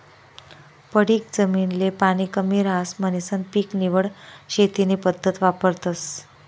पडीक जमीन ले पाणी कमी रहास म्हणीसन पीक निवड शेती नी पद्धत वापरतस